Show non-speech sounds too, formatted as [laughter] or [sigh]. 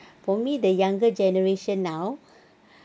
for me the younger generation now [breath] uh